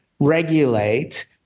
regulate